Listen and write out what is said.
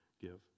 give